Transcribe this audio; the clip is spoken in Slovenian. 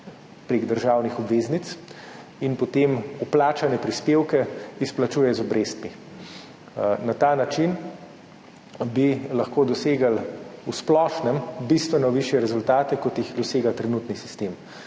prek državnih obveznic in potem vplačane prispevke izplačuje z obrestmi. Na ta način bi lahko v splošnem dosegli bistveno višje rezultate, kot jih dosega trenutni sistem.